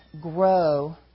grow